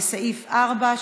לסעיף 4,